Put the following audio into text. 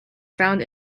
found